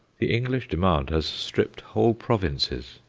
the english demand has stripped whole provinces,